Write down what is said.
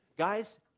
guys